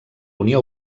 unió